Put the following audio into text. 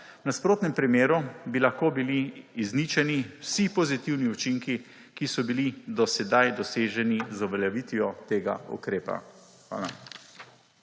nasprotnem primeru bi lahko bili izničeni vsi pozitivni učinki, ki so bili do sedaj doseženi z uveljavitvijo tega ukrepa. Hvala.